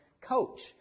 coach